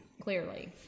Clearly